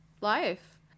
life